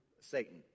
Satan